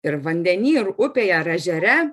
ir vandeny ir upėje ar ežere